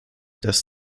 das